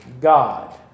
God